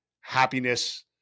happiness